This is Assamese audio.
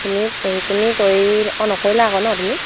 তুমি পঢ়ি তুমি কৰি অঁ নকৰিলা আকৌ নহ্ তুমি